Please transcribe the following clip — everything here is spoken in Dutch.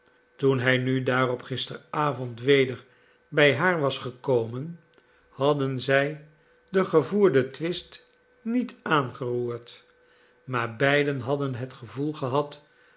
toen hij nu daarop gisteravond weder bij haar was gekomen hadden zij den gevoerden twist niet aangeroerd maar beiden hadden het gevoel gehad